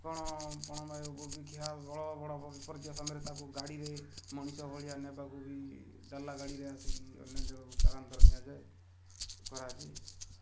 କ'ଣ ବିପର୍ଯ୍ୟୟ ସମୟରେ ତା'କୁ ଗାଡ଼ିରେ ମଣିଷ ଭଳିଆ ନେବାକୁ ବି ଡାଲା ଗାଡ଼ିରେ ଆସିକି ଅନ୍ୟ ଯୋଉ ସ୍ଥାନାନ୍ତର ନିଆଯାଏ କରାଯାଇଛି